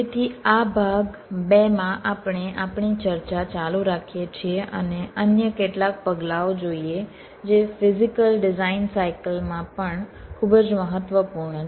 તેથી આ ભાગ 2 માં આપણે આપણી ચર્ચા ચાલુ રાખીએ છીએ અને અન્ય કેટલાક પગલાંઓ જોઈએ જે ફિઝીકલ ડિઝાઇન સાઇકલ માં પણ ખૂબ જ મહત્વપૂર્ણ છે